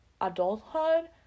adulthood